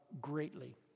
greatly